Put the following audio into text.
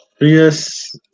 Yes